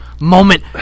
moment